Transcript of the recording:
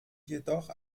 jedoch